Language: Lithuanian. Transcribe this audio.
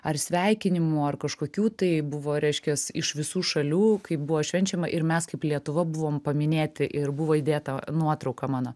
ar sveikinimų ar kažkokių tai buvo reiškias iš visų šalių kaip buvo švenčiama ir mes kaip lietuva buvom paminėti ir buvo įdėta nuotrauka mano